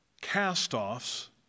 Cast-offs